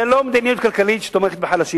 זה לא מדיניות כלכלית שתומכת בחלשים,